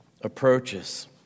approaches